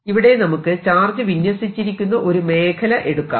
ഇവിടെ നമുക്ക് ചാർജ് വിന്യസിച്ചിരിക്കുന്ന ഒരു മേഖല എടുക്കാം